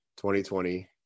2020